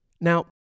Now